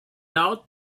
out